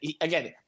again